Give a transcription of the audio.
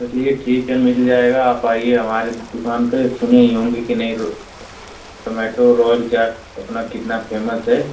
चलिए ठीक हे मिल जाएगा आप आइए हमारे दुकान पर सुनी होंगी की नहीं रो टोमेटो रोयल चाट अपना कितना फेमस है